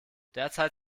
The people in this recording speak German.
derzeit